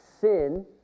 sin